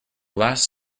last